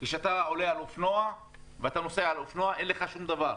כשאתה עולה על אופנוע ואתה נוסע על אופנוע אין לך שום דבר.